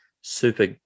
super